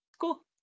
cool